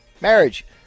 Marriage